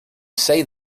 say